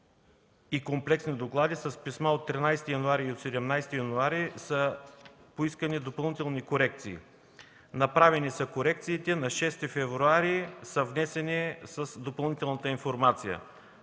и комплексни доклади с писма от 13 и от 17 януари са поискани допълнителни корекции. Корекциите са направени, на 6 февруари са внесени с допълнителната информация.